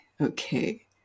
okay